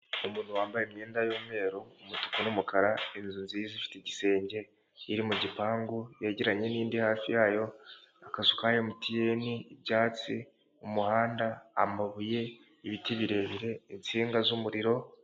Umuntu wambaye imyenda y'umweru umutuku n'umukara inzu nziza ifite igisenge iri mu gipangu yegeranye n'indi hafi yayo akazu ka emutiyeni, ibyatsi mu muhanda, amabuye, ibiti birebire, insinga z'umuriro.